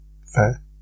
Fair